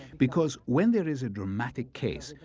because when there is a dramatic case,